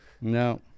No